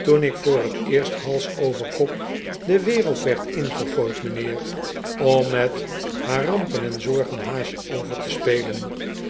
toen ik voor t eerst hals over kop de wereld werd ingegooid mijnheer dm met haar rampen en zorgen haasje-over te spelen